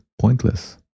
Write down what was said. pointless